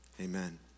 Amen